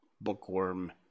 bookworm